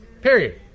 Period